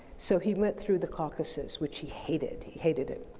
so he went through the caucasus, which he hated. he hated it.